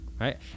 right